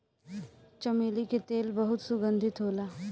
चमेली के तेल बहुत सुगंधित होला